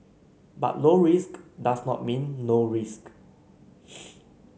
but low risk does not mean no risk